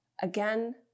again